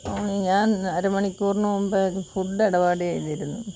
ഞാൻ അരമണിക്കൂറിന് മുമ്പെ ഫുഡ്ഡ് ഇടപാട് ചെയ്തിരുന്നു